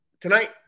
tonight